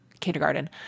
kindergarten